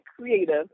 creative